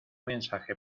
mensaje